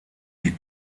die